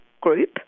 group